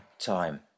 time